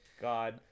God